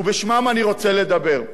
ובשמם אני רוצה לדבר.